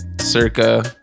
circa